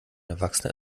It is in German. erwachsene